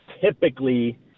typically